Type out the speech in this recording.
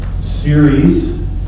series